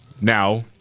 Now